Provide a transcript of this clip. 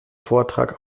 vortrag